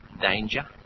danger